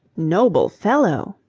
noble fellow!